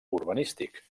urbanístic